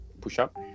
push-up